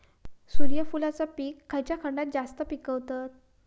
सूर्यफूलाचा पीक खयच्या खंडात जास्त पिकवतत?